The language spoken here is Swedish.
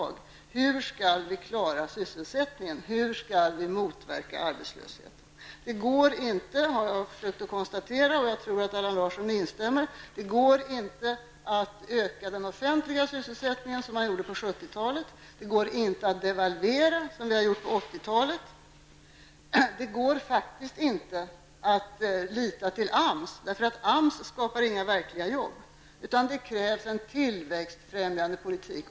Frågan är ju: Hur skall vi klara sysselsättningen, och hur skall arbetslösheten motverkas? Det går inte -- jag har ju tidigare konstaterat det och jag tror att Allan Larsson instämmer -- att öka den offentliga sysselsättningen, som man gjorde på 70-talet. Det går inte att devalvera, som vi gjorde på 80-talet. Dessutom går det faktiskt inte att lita till AMS, som ju inte skapar några verkliga jobb. I stället krävs en tillväxtfrämjande politik.